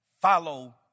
follow